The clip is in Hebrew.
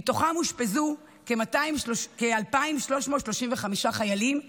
מתוכם אושפזו כ-2,335 חיילים,